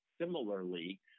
similarly